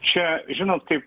čia žinot kaip